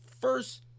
First